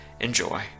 Enjoy